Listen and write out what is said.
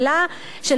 של המדינה?